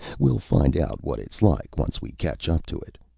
well find out what it's like once we catch up to it.